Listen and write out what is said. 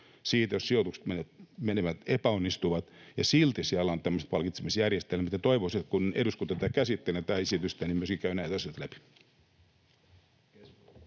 siitä, jos sijoitukset epäonnistuvat, ja silti siellä on tämmöiset palkitsemisjärjestelmät. Toivoisin, että eduskunta, kun se tätä esitystä käsittelee, myöskin käy näitä asioita läpi.